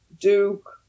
duke